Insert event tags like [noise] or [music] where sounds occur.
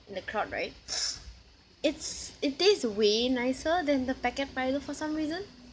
in the crowd right [breath] it's it tastes way nicer than the packet Milo for some reason